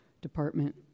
department